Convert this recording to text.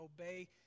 obey